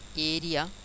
area